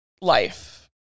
life